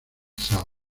south